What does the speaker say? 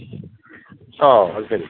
ഓ അത് ശരി